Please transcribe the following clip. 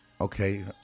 Okay